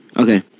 Okay